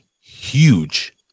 huge